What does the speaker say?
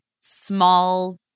small